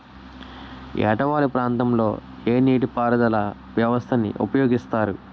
ఏట వాలు ప్రాంతం లొ ఏ నీటిపారుదల వ్యవస్థ ని ఉపయోగిస్తారు?